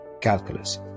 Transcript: calculus